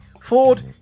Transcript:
Ford